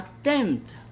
attempt